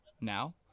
now